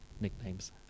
nicknames